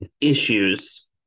issues